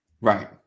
Right